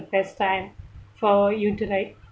best time for you to like